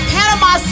Panama